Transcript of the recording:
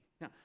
Now